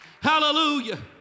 Hallelujah